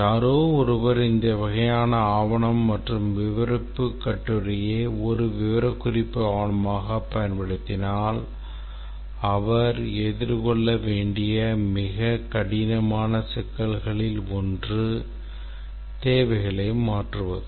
யாரோ ஒருவர் இந்த வகையான ஆவணம் மற்றும் விவரிப்புக் கட்டுரையை ஒரு விவரக்குறிப்பு ஆவணமாகப் பயன்படுத்தினால் அவர் எதிர்கொள்ள வேண்டிய மிகக் கடினமான சிக்கல்களில் ஒன்று தேவைகளை மாற்றுவது